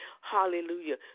Hallelujah